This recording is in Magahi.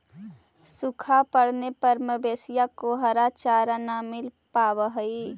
सूखा पड़ने पर मवेशियों को हरा चारा न मिल पावा हई